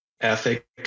ethic